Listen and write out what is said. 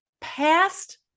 past